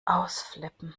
ausflippen